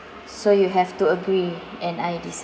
so you have to agree and I dis~